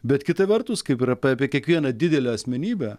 bet kita vertus kaip ir apė apie kiekvieną didelę asmenybę